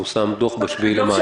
פורסם דוח ב-7 במאי.